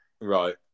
Right